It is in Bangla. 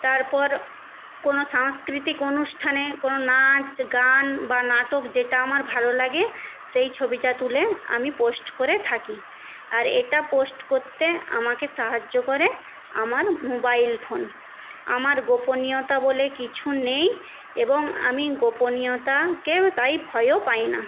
তারপর কোনো সাংস্কৃতিক অনুষ্ঠানে কোনো নাচ গান বা নাটক যেটা আমার ভালো লাগে সেই ছবিটা তুলে আমি পোস্ট করে থাকি আর এটা পোস্ট করতে আমাকে সাহায্য করে আমার মোবাইল ফোন আমার গোপনীয়তা বলে কিছু নেই এবং আমি গোপনীয়তাকে তাই ভয়ও পাই না